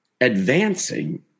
advancing